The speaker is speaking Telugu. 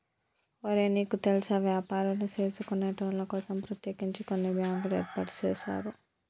ఒరే నీకు తెల్సా వ్యాపారులు సేసుకొనేటోళ్ల కోసం ప్రత్యేకించి కొన్ని బ్యాంకులు ఏర్పాటు సేసారు